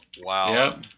Wow